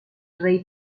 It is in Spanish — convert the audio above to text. rey